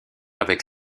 avec